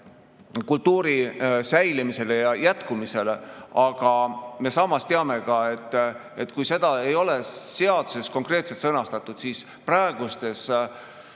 kultuuri säilimisele ja jätkumisele, aga samas teame ka, et kui seda ei ole seaduses konkreetselt sõnastatud, siis praegustes